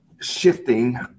shifting